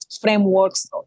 frameworks